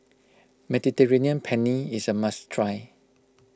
Mediterranean Penne is a must try